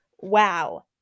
wow